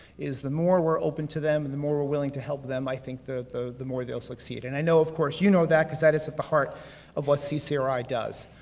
is the more we're open to them, and the more we're willing to help them, i think the the more they'll succeed. and i know of course you know that, because that is at the heart of what ccri does.